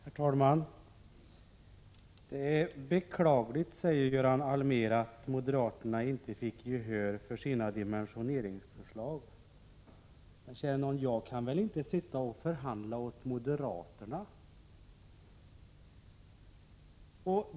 Herr talman! Det är beklagligt, säger Göran Allmér, att moderaterna inte fick gehör för sina dimensioneringsförslag. Jag kan inte sitta och förhandla åt moderaterna.